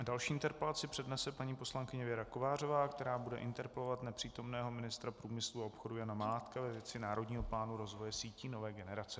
Další interpelaci přednese paní poslankyně Věra Kovářová, která bude interpelovat nepřítomného ministra průmyslu a obchodu Jana Mládka ve věci Národního plánu rozvoje sítí nové generace.